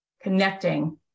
connecting